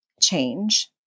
change